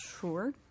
Sure